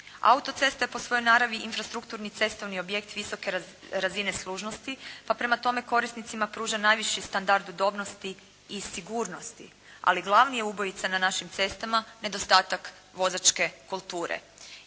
Autocesta je po svojoj naravi infrastrukturni cestovni objekt visoke razine služnosti pa prema tome korisnicima pruža najviši standard udobnosti i sigurnosti ali glavni je ubojica na našim cestama nedostatak vozačke kulture.